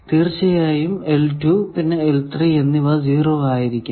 തീർച്ചയായും പിന്നെ എന്നിവ 0 ആയിരിക്കും